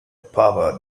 power